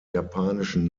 japanischen